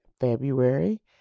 February